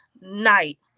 night